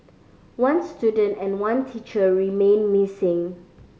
one student and one teacher remain missing